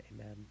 amen